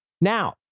Now